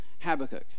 Habakkuk